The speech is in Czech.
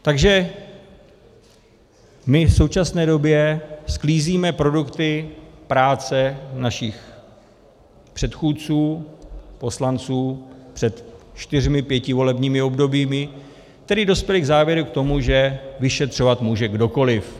Takže v současné době sklízíme produkty práce našich předchůdců, poslanců před čtyřmi pěti volebními obdobími, kteří dospěli k závěru tomu, že vyšetřovat může kdokoliv.